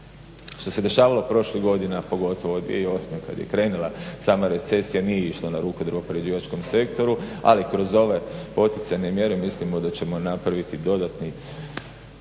što se dešavalo prošlih godina, a pogotovo 2008. kad je krenula sama recesija, nije išlo na ruku drvoprerađivačkom sektoru, ali kroz ove poticajne mjere mislimo da ćemo napraviti dodatni